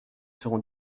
seront